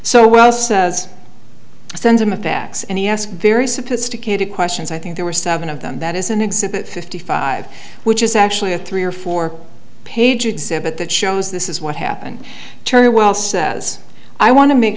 so well says i sent him a fax and he asked very sophisticated questions i think there were seven of them that is an exhibit fifty five which is actually a three or four page exhibit that shows this is what happened turner well says i want to make